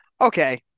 okay